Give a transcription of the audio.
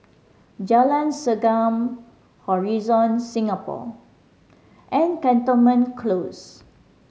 Jalan Segam Horizon Singapore and Cantonment Close